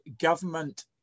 government